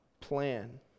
plan